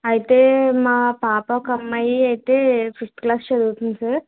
అయితే మా పాప ఒక అమ్మాయి అయితే ఫిఫ్త్ క్లాస్ చదువుతుంది సార్